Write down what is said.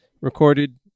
recorded